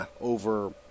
over